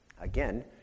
again